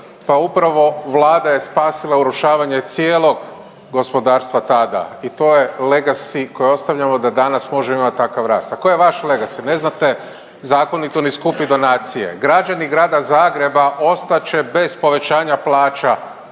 Pa upravo Vlada je spasila urušavanje cijelog gospodarstva tada i to je legacy koji ostavljamo da danas možemo imati takav rast. A koji je vaš legacy? Ne znate zakonito ni skupit donacije. Građani Grada Zagreba ostat će bez povećanja plaća